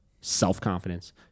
self-confidence